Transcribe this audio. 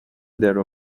درو